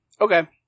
Okay